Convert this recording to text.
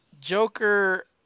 Joker